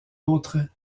autres